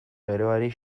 geroari